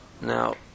Now